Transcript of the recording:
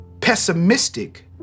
pessimistic